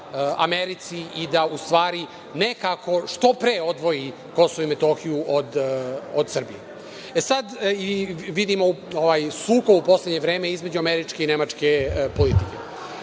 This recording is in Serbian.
Americi i da u stvari nekako što pre odvoji Kosovo i Metohiju od Srbije. E, sada vidimo sukob u poslednje vreme između američke i nemačke politike. Pošto